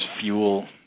fuel